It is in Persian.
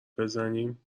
بزنیم